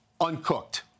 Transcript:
uncooked